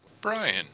Brian